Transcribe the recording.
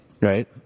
right